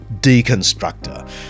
deconstructor